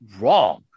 wrong